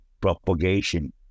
propagation